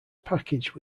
packaged